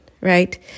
right